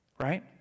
right